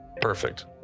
Perfect